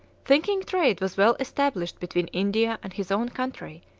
thinking trade was well established between india and his own country,